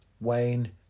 Wayne